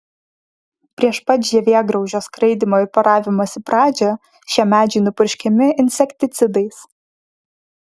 prieš pat žievėgraužio skraidymo ir poravimosi pradžią šie medžiai nupurškiami insekticidais